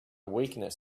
weakness